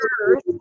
Earth